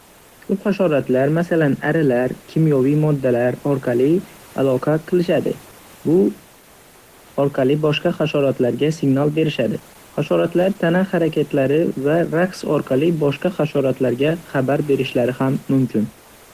Ko'p hasharotlar, masalan, arilar, kimyoviy moddalar orqali aloqa qilishadi, bu orqali boshqa hasharotlarga signal berishadi. Hasarotlar tana harakatlari va raqs orqali boshqa hasharotlarga xabar berishlari mumkin.